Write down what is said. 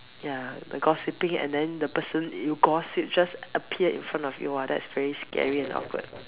ya the gossiping and then the person you gossip just appear in front of you !wah! that's very scary and awkward